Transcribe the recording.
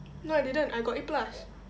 no I didn't I got A plus